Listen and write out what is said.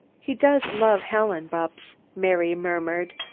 he does love helen, bupps, mary murmured.